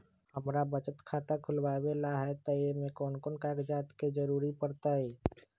हमरा बचत खाता खुलावेला है त ए में कौन कौन कागजात के जरूरी परतई?